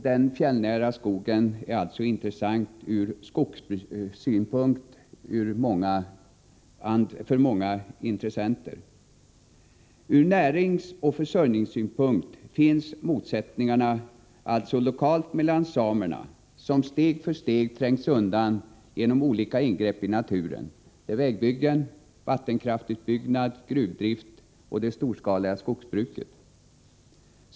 Den fjällnära skogen är alltså intressant ur skogsbrukssynpunkt. Ur näringsoch försörjningssynpunkt finns motsättningarna lokalt mellan det storskaliga skogsbruket och samerna, som steg för steg trängts undan genom olika ingrepp i naturen — vägbyggen, vattenkraftsutbyggnad och gruvdrift.